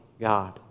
God